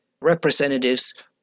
representatives